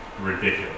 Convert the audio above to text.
ridiculous